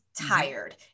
tired